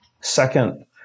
second